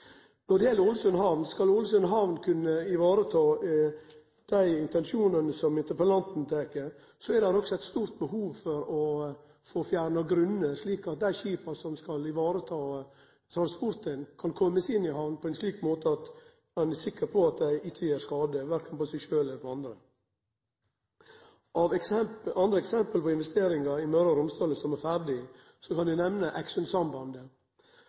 hamn. Skal Ålesund hamn kunne vareta dei intensjonane som interpellanten tek opp, er det òg eit stort behov for å få fjerna grunnane, slik at dei skipa som skal vareta transporten, kan komme seg inn til hamna på ein slik måte at ein er sikker på at ein ikkje gjer skade verken på seg sjølv eller på andre. Av andre eksempel på investeringar i Møre og Romsdal som er ferdige, kan eg nemne